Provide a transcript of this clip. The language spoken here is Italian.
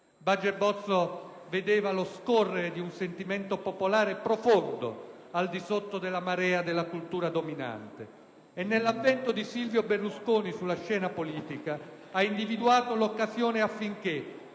Baget Bozzo vedeva lo scorrere di un sentimento popolare profondo al di sotto della marea della cultura dominante. Nell'avvento di Silvio Berlusconi sulla scena politica ha individuato l'occasione affinché,